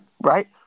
right